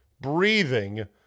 breathing